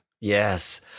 Yes